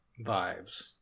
vibes